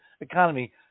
economy